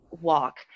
walk